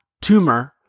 tumor